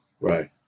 Right